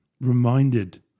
reminded